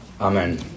amen